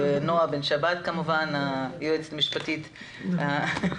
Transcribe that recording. נעה בן שבת היא היועצת המשפטית של הוועדה.